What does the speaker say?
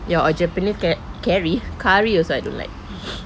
your japanese car~ curry curry also I don't like